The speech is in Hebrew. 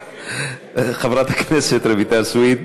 חברת הכנסת רויטל סויד,